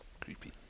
creepy